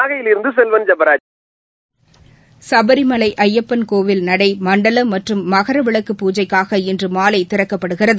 நாகையிலிருந்து செல்வன் ஜெபராஜ் சபரிமலை ஐயப்பன் கோவில் நடை மண்டல மற்றும் மனவிளக்கு பூஜைக்காக இன்று மாலை திறக்கப்படுகிறது